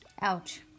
Ouch